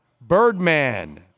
Birdman